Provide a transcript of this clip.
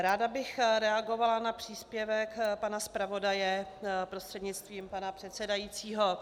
Ráda bych reagovala na příspěvek pana zpravodaje prostřednictvím pana předsedajícího.